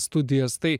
studijas tai